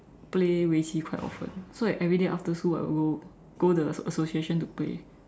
play 围棋 quite often so that everyday after school I will go go the association to play